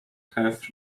have